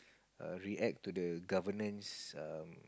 err react to the governance um